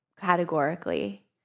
categorically